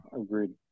agreed